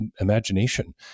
imagination